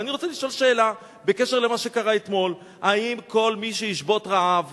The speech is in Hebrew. אבל אני רוצה לשאול שאלה בקשר למה שקרה אתמול: האם כל מי שישבות רעב